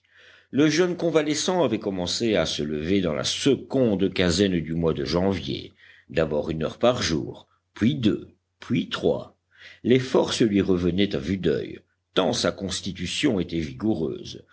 le jeune convalescent avait commencé à se lever dans la seconde quinzaine du mois de janvier d'abord une heure par jour puis deux puis trois les forces lui revenaient à vue d'oeil tant sa constitution était vigoureuse